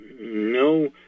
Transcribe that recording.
no